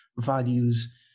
values